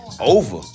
over